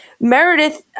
Meredith